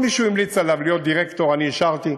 כל מי שהוא המליץ עליו להיות דירקטור אני אישרתי.